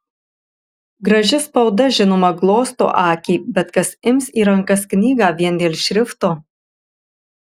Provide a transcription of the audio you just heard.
graži spauda žinoma glosto akį bet kas ims į rankas knygą vien dėl šrifto